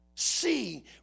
See